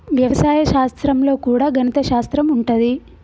వ్యవసాయ శాస్త్రం లో కూడా గణిత శాస్త్రం ఉంటది